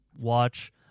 watch